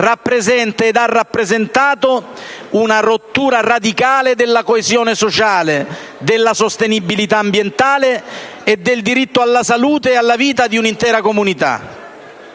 rappresenta e ha rappresentato una rottura radicale della coesione sociale, della sostenibilità ambientale e del diritto alla salute e alla vita di un'intera comunità.